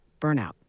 burnout